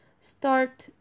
start